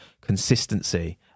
consistency